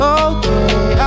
okay